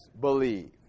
believe